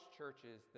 churches